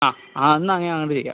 ആ ആ എന്നാ അങ്ങനെ അങ്ങോട്ട് ചെയ്യാം